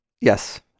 Yes